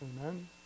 Amen